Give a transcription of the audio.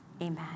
amen